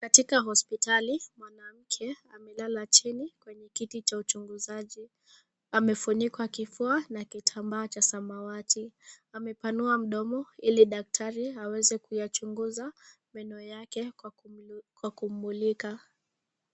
Katika hospitali mwanamke amelala chini kwenye kiti cha uchaguzi. Amefunikwa kifua na kitambaa cha samawati. Amepanua mdomo ili daktari aweze kuyachunguza meno yake kwa kummulika.